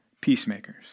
peacemakers